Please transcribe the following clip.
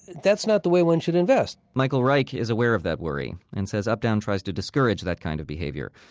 that's not the way one should invest. michael reich is aware of that worry and says updown tries to discourage that kind of behavior.